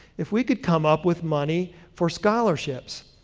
if we could come up with money for scholarships.